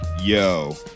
Yo